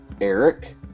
Eric